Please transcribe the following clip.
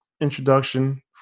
introduction